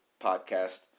podcast